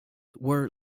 were